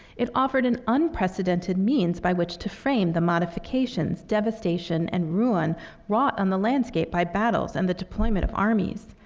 it offered an unprecedented means by which to frame the modifications, devastation, and ruin wrought on the landscape by battles and the deployment of armies.